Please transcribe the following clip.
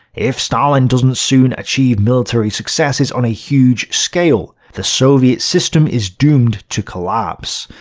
if stalin doesn't soon achieve military successes on a huge scale, the soviet system is doomed to collapse.